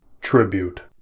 Tribute